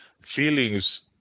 feelings